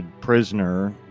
prisoner